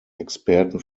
experten